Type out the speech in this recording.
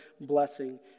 blessing